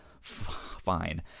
fine